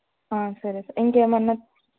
సరే సార్ ఇంకేమైనా